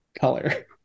color